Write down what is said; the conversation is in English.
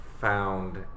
found